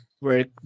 work